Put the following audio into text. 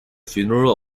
funeral